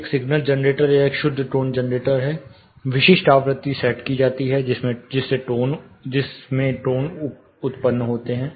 एक signal generator या एक शुद्ध टोन जनरेटर है विशिष्ट आवृत्ति सेट की जाती है जिसमें टोन उत्पन्न होते हैं